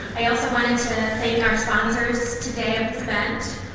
i also wanted to thank our sponsors today of this event,